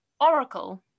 oracle